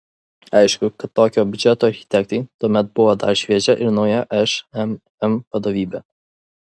aišku kad tokio biudžeto architektai tuomet buvo dar šviežia ir nauja šmm vadovybė